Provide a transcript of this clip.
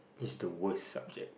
it's the worst subject